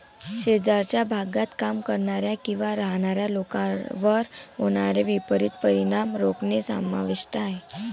शेजारच्या भागात काम करणाऱ्या किंवा राहणाऱ्या लोकांवर होणारे विपरीत परिणाम रोखणे समाविष्ट आहे